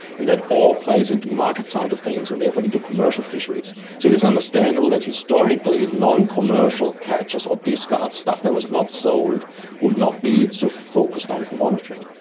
and that all plays into the market side of things and therefore into commercial fisheries. so it's understandable that historically noncommercial catches or discard stuff that was not sold would not be so focused on for monitoring.